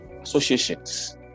associations